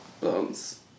Bones